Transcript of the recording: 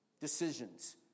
decisions